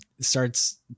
starts